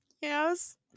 Yes